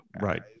right